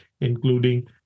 including